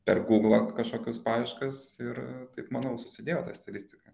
per gūglą kažkokius paieškas ir taip manau susidėjo ta stilistika